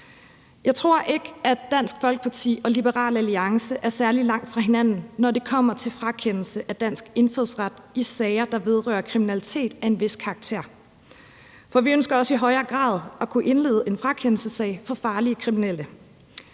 Jeg tror ikke, at Dansk Folkeparti og Liberal Alliance er særlig langt fra hinanden, når det kommer til frakendelse af dansk indfødsret i sager, der vedrører kriminalitet af en vis karakter. For vi ønsker også i højere grad at kunne indlede en frakendelsessag i forhold til farlige kriminelle.